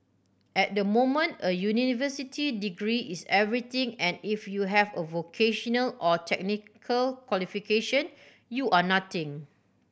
at the moment a university degree is everything and if you have a vocational or technical qualification you are nothing